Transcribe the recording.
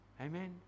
Amen